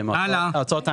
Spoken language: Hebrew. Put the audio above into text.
שהן ההוצאות האמיתיות.